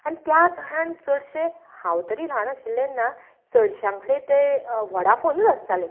आनी त्या काळान चडशे हांव तरी ल्हान आशिल्लें तेन्ना चडश्यांक कडेन ते वॉडाफोनूत आसताले